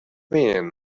mean